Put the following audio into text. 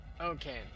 Okay